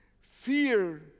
fear